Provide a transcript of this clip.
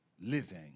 living